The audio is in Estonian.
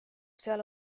seal